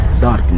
Darkness